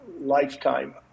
lifetime